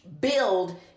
build